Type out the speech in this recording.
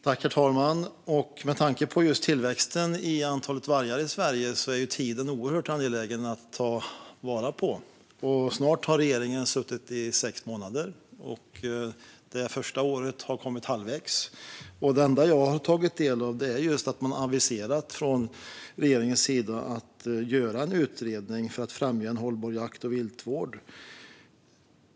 Herr talman! Med tanke på just tillväxten av antalet vargar i Sverige är det oerhört angeläget att ta vara på tiden. Snart har regeringen suttit i sex månader. Det första året har kommit halvvägs. Det enda jag har tagit del av är att man från regeringens sida aviserat att man ska tillsätta en utredning för att främja en hållbar jakt och viltvård.